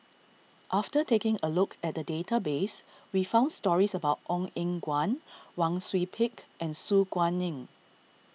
after taking a look at the database we found stories about Ong Eng Guan Wang Sui Pick and Su Guaning